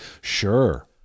Sure